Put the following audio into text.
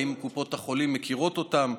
האם קופות החולים מכירות אותם?